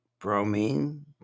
bromine